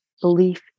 belief